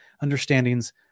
understandings